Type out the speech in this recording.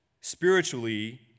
spiritually